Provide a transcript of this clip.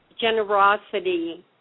generosity